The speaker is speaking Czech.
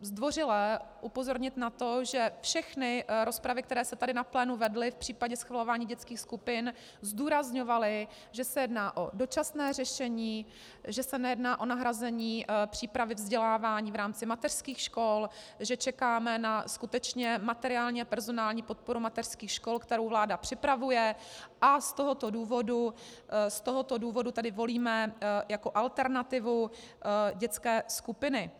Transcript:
zdvořile upozornit na to, že všechny rozpravy, které se tady na plénu vedly v případě schvalování dětských skupin, zdůrazňovaly, že se jedná o dočasné řešení, že se nejedná o nahrazení přípravy vzdělávání v rámci mateřských škol, že čekáme na skutečně materiální a personální podporu mateřských škol, kterou vláda připravuje, a z tohoto důvodu tedy volíme jako alternativu dětské skupiny.